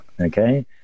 okay